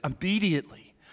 immediately